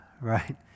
right